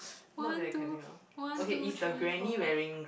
one two one two three four